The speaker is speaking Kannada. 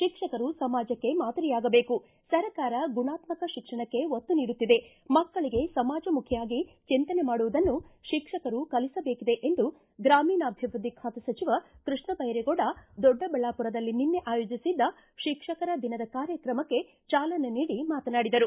ಶಿಕ್ಷಕರು ಸಮಾಜಕ್ಕೆ ಮಾದರಿಯಾಗಬೇಕು ಸರ್ಕಾರ ಗುಣಾತ್ತಕ ಶಿಕ್ಷಣಕ್ಕೆ ಒತ್ತು ನೀಡುತ್ತಿದೆ ಮಕ್ಕಳಗೆ ಸಮಾಜಮಖಿಯಾಗಿ ಚಿಂತನೆ ಮಾಡುವುದನ್ನು ಶಿಕ್ಷಕರು ಕಲಿಸಬೇಕಿದೆ ಎಂದು ಗ್ರಮೀಣಾಭಿವೃದ್ಧಿ ಖಾತೆ ಸಚಿವ ಕೃಷ್ಣ ಧೈರೇಗೌಡ ದೊಡ್ಡಬಳ್ಳಾಪುರದಲ್ಲಿ ನಿನ್ನೆ ಆಯೋಜಿಸಿದ್ದ ಶಿಕ್ಷಕರ ದಿನದ ಕಾರ್ಯಕ್ರಮಕ್ಕೆ ಚಾಲನೆ ನೀಡಿ ಮಾತನಾಡಿದರು